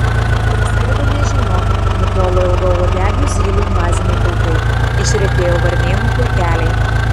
praskrido nežinion nutolo ilgauodegių zylių invaziniai pulkai išretėjo varnėnų pulkeliai